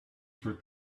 for